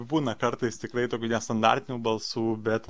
būna kartais tikrai tokių nestandartinių balsų bet